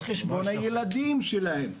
על חשבון הילדים שלהם.